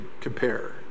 compare